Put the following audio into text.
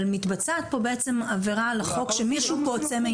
אבל מתבצעת פה בעצם עבירה על החוק שמישהו פה עוצם עיניים.